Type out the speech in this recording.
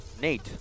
Nate